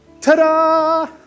ta-da